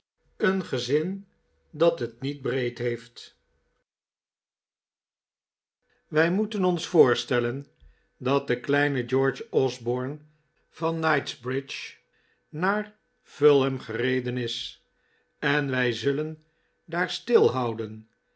gegoi dat het niet breed iieeft paoqoo moej en ons voorstellen dat de kleine george osborne van knightsbridge naar p't't'p fulham gereden is en wij zullen daar stilhouden